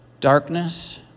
darkness